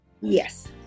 Yes